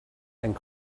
and